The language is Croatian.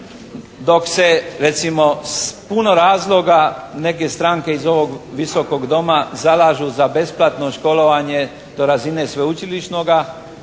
Dok se recimo s puno razloga neke stranke iz ovog Visokog doma zalažu za besplatno školovanje do razine sveučilišnoga